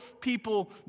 people